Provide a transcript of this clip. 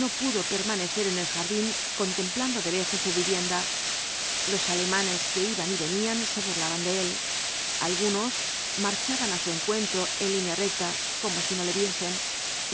no pudo permanecer en el jardín contemplando de lejos su vivienda los alemanes que iban y venían se burlaban de él algunos marchaban á su encuentro en línea recta como si no le viesen